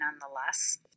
nonetheless